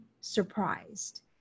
surprised